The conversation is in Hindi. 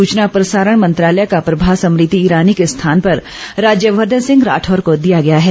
सूचना प्रसारण मंत्रालय का प्रभार स्मृति ईरानी के स्थान पर राज्यवर्धन सिंह राठौर को दिया गया है